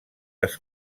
els